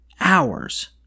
hours